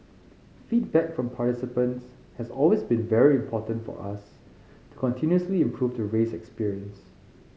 feedback from participants has always been very important for us to continuously improve the race experience